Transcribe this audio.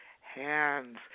hands